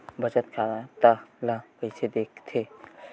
बचत खाता ला कइसे दिखथे?